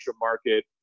market